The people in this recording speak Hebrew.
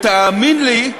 תאמין לי,